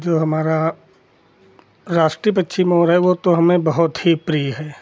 जो हमारा राष्ट्रीय पक्षी मोर है वह तो हमें बहुत ही प्रिय है